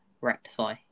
rectify